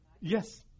Yes